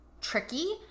tricky